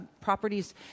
properties